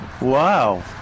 Wow